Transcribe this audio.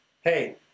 hey